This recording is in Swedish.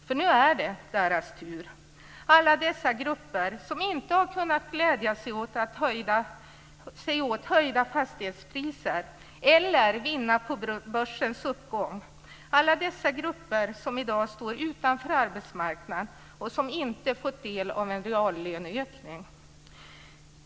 För nu är det deras tur - alla dessa grupper som inte har kunnat glädja sig åt höjda fastighetspriser eller åt att vinna på börsens uppgång. Det gäller alla dessa grupper som i dag står utanför arbetsmarknaden och som inte fått del av en reallöneökning.